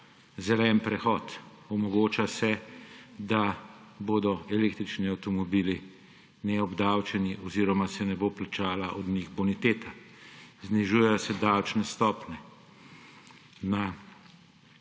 zeleni prehod, omogoča se, da bodo električni avtomobili neobdavčeni oziroma se ne bo plačala od njih boniteta. Znižujejo se davčne stopnje na